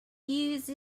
use